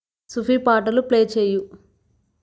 సుఫీ పాటలు ప్లే చేయి